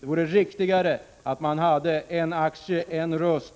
Det vore riktigare om man hade en aktie — en röst,